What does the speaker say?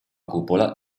cupola